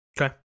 Okay